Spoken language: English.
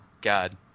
God